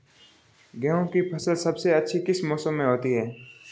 गेंहू की फसल सबसे अच्छी किस मौसम में होती है?